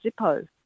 zippo